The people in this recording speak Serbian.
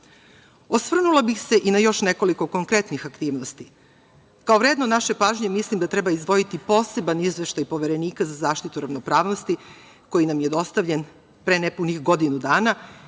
volje. Osvrnula bih se i na još nekoliko konkretnih aktivnosti. Kao vredno naše pažnje mislim da treba izdvojiti poseban izveštaj Poverenika za zaštitu ravnopravnosti, koji nam je dostavljen pre nepunih godinu dana